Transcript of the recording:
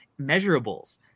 measurables